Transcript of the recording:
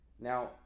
Now